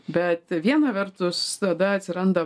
bet viena vertus tada atsiranda